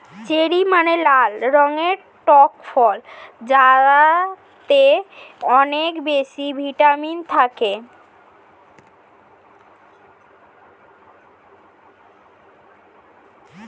cherry মানে লাল রঙের টক ফল যাতে অনেক বেশি ভিটামিন থাকে